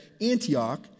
Antioch